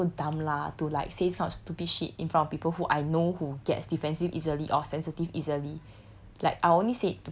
I feel like I not so dumb lah to like say this kind of stupid shit in front of people who I know who gets defencive easily or sensitive easily